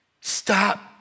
Stop